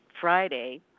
Friday